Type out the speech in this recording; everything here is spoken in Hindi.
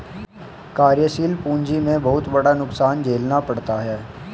कार्यशील पूंजी में बहुत बड़ा नुकसान झेलना पड़ता है